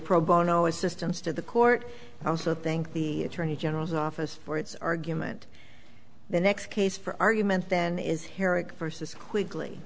pro bono assistance to the court i also think the attorney general's office for its argument the next case for argument then is herrick versus qui